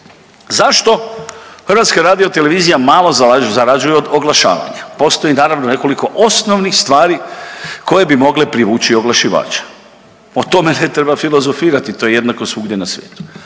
na vrlo loš način. Zašto HRT malo zarađuje od oglašavanja? Postoji naravno nekoliko osnovnih stvari koje bi mogle privući oglašivače. O tome ne treba filozofirati, to je jednako svugdje na svijetu.